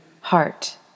heart